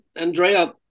Andrea